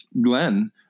Glenn